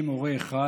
בטפסים: "הורה 1"